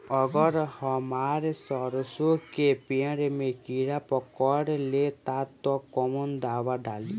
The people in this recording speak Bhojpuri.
अगर हमार सरसो के पेड़ में किड़ा पकड़ ले ता तऽ कवन दावा डालि?